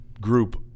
group